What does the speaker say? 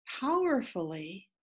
powerfully